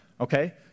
Okay